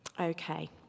Okay